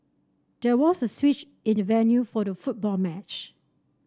there was a switch in the venue for the football match